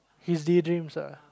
his daydreams ah